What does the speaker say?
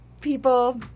people